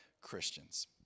Christians